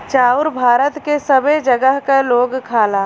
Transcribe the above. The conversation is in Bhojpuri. चाउर भारत के सबै जगह क लोग खाला